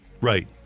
Right